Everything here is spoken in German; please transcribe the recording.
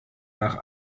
nach